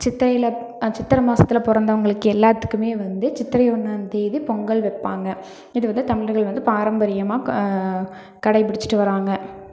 சித்திரையில் சித்திர மாசத்தில் பிறந்தவங்களுக்கு எல்லாத்துக்குமே வந்து சித்திரை ஒன்றாந்தேதி பொங்கல் வைப்பாங்க இது வந்து தமிழர்கள் வந்து பாரம்பரியமாக கடைபிடிச்சுட்டு வராங்கள்